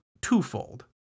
twofold